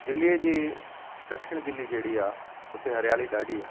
दिल्लीअ जे दखिण दिल्ली जहिड़ी आहे हुते हरियाली ॾाढी आहे